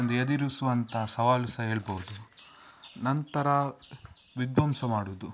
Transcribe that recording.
ಒಂದು ಎದುರಿಸುವಂತ ಸವಾಲು ಸಹ ಹೇಳ್ಬಹುದು ನಂತರ ವಿದ್ವಂಸ ಮಾಡುವುದು